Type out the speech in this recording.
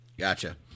Gotcha